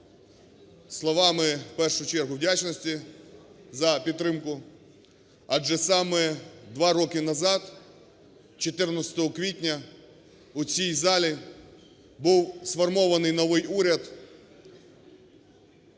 словами, в першу чергу, вдячності за підтримку адже саме 2 роки назад 14 квітня у цій залі був сформований новий уряд